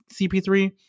cp3